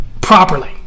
properly